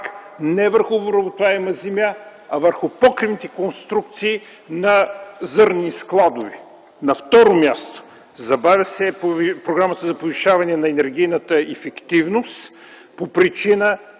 не върху обработваема земя, а върху покривните конструкции на зърнени складове. На второ място, забавя се програмата за повишаване на енергийната ефективност по причина,